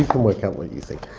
can work out what you think